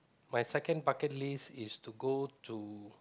my second bucket list is to go to